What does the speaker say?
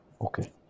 Okay